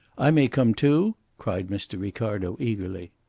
i may come too? cried mr. ricardo eagerly.